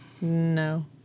No